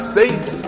States